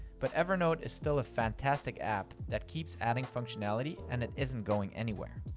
but evernote is still a fantastic app that keeps adding functionality, and it isn't going anywhere.